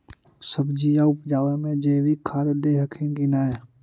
सब्जिया उपजाबे मे जैवीक खाद दे हखिन की नैय?